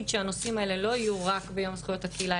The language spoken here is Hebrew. שהנושאים האלו יידונו ולא רק ביום הקהילה הגאה,